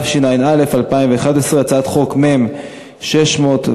התשע"א 2011, הצעות חוק מ/611.